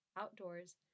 outdoors